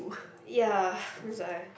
ya that's why